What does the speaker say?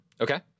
Okay